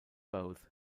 both